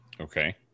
Okay